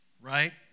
right